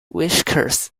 whiskers